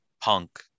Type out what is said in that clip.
punk